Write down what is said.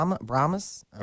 Brahmas